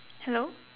hello